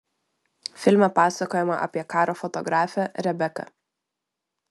filme pasakojama apie karo fotografę rebeką